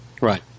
Right